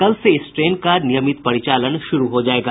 कल से इस ट्रेन का नियमित परिचालन शुरू हो जायेगा